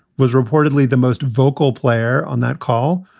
was reportedly the most vocal player on that call,